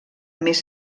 més